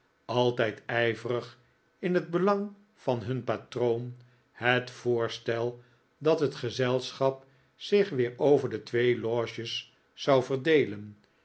altijd ijverig in het belang van hun patroon het voorstel dat het gezelschap zich weer over de twee loges zou verdeelen